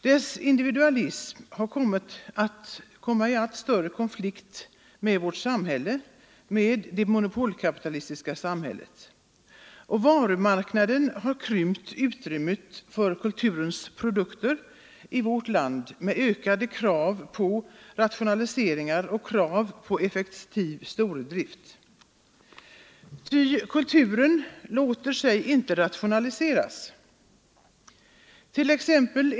Dess individualism har kommit i allt större konflikt med vårt samhälle, med det monopolkapitalistiska samhället. Varumarknaden har krympt utrymmet för kulturens produkter i vårt land med ökade krav på rationalisering och effektiv stordrift. Men kulturen låter sig inte rationaliseras.